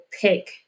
pick